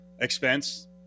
expense